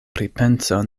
pripenso